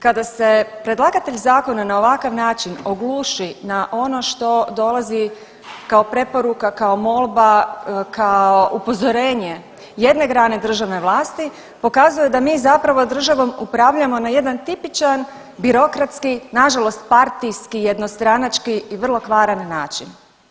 Kada se predlagatelj zakona na ovakav način ogluši na ono što dolazi kao preporuka, kao molba, kao upozorenje jedne grane državne vlasti pokazuje da mi zapravo državom upravljamo na jedan tipičan birokratski, nažalost partijski, jednostranački i vrlo kvaran način.